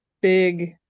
big